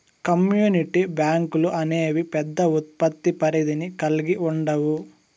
community బ్యాంకులు అనేవి పెద్ద ఉత్పత్తి పరిధిని కల్గి ఉండవు